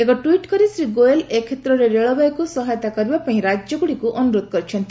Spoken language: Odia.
ଏକ ଟ୍ଟିଟ୍ କରି ଶ୍ରୀ ଗୋଏଲ୍ ଏ କ୍ଷେତ୍ରରେ ରେଳବାଇକୁ ସହାୟତା କରିବା ପାଇଁ ରାକ୍ୟଗୁଡ଼ିକୁ ଅନୁରୋଧ କରିଛନ୍ତି